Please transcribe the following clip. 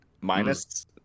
minus